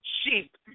sheep